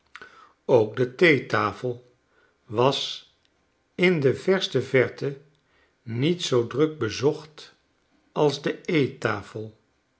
ook de theetafel was in de verste verte niet zoo druk bezocht als de